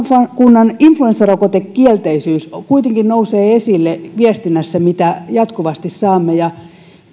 hyvä askel henkilökunnan influenssarokotekielteisyys kuitenkin nousee esille viestinnässä mitä jatkuvasti saamme ja